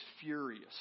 furious